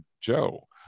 Joe